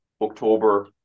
October